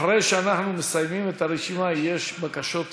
אחרי שאנחנו מסיימים את הרשימה, יש בקשות דיבור,